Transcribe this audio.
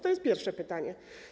To jest pierwsze pytanie.